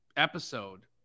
episode